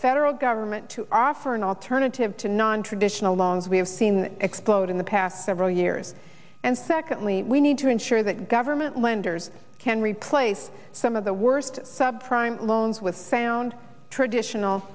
federal government to offer an alternative to nontraditional loans we have seen explode in the past several years and secondly we need to ensure that government lenders can replace some of the worst sub prime loans with sound traditional